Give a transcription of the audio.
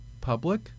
public